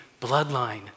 bloodline